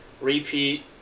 repeat –